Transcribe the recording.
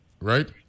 right